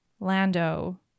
lando